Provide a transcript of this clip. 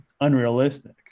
unrealistic